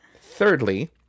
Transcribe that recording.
Thirdly